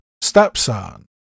stepson